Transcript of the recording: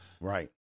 Right